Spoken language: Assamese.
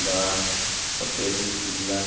বা হোটেল যিবিলাক